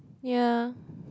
ya